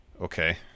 Okay